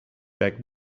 back